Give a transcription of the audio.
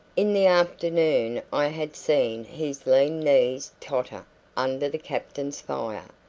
in the afternoon i had seen his lean knees totter under the captain's fire.